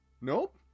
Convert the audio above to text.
Nope